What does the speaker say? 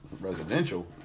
residential